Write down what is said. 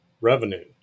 revenue